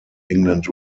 england